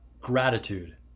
gratitude